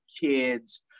kids